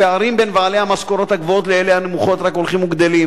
הפערים בין בעלי המשכורות הגבוהות לאלה הנמוכות רק הולכים וגדלים.